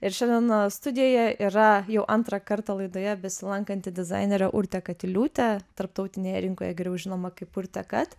ir šiandien studijoje yra jau antrą kartą laidoje besilankanti dizainerė urtė katiliūtė tarptautinėje rinkoje geriau žinoma kaip urtė kat